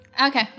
okay